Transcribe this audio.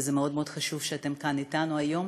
וזה מאוד חשוב שאתם כאן אתנו היום.